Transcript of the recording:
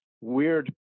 Weird